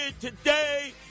today